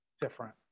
different